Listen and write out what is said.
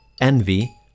envy